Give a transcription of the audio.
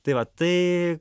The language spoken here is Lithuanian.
tai va tai